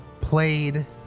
played